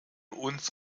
uns